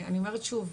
אני אומרת שוב,